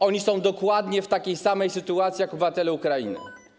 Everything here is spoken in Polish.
Oni są dokładnie w takiej samej sytuacji jak obywatele Ukrainy.